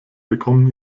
bekommen